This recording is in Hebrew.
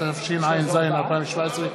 התשע"ז 2017,